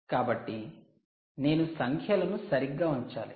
కాబట్టి నేను సంఖ్యలను సరిగ్గా ఉంచాలి